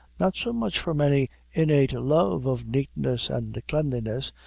not so much from any innate love of neatness and cleanliness,